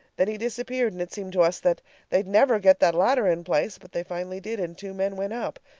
then he disappeared, and it seemed to us that they'd never get that ladder in place but they finally did, and two men went up.